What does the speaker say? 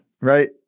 right